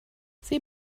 sie